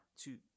two